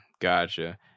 Gotcha